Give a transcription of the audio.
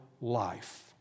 life